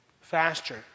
faster